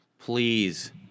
Please